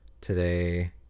today